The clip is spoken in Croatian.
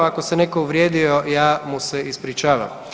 Ako se netko uvrijedio ja mu se ispričavam.